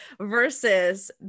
versus